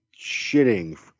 shitting